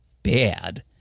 bad